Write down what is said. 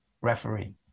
referee